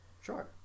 Sure